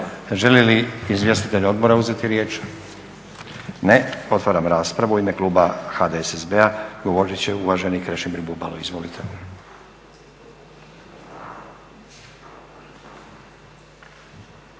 Žele li izvjestitelji odbora uzeti riječ? Ne. Otvaram raspravu. U ime kluba HDSSB-a govorit će uvaženi Krešimir Bubalo, izvolite.